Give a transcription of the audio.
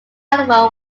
available